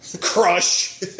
Crush